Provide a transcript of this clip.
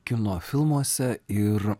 kino filmuose ir